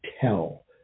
tell